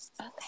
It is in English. Okay